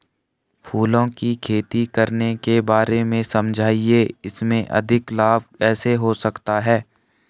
फूलों की खेती करने के बारे में समझाइये इसमें अधिक लाभ कैसे हो सकता है?